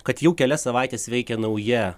kad jau kelias savaites veikia nauja